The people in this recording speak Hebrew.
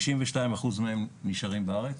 92% מהם נשארים בארץ.